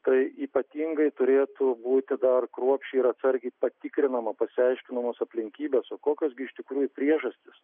tai ypatingai turėtų būti dar kruopščiai ir atsargiai patikrinama paaiškinamos aplinkybės o kokios gi iš tikrųjų priežastys